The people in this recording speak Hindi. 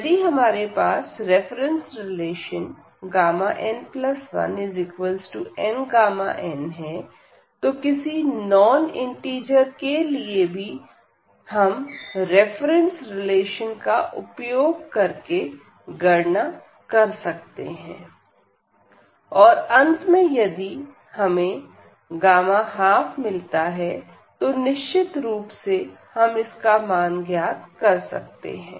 यदि हमारे पास रेफरेंस रिलेशन n1nΓn है तो किसी नॉन इंटिजर के लिए भी हम रेफरेंस रिलेशन का उपयोग करके गणना कर सकते हैं और अंत में यदि हमें 12 मिलता है तो निश्चित रूप से हम इसका मान ज्ञात कर सकते हैं